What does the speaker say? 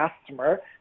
customer